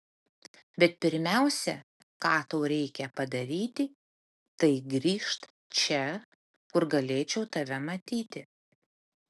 bet pirmiausia ką tau reikia padaryti tai grįžt čia kur galėčiau tave matyti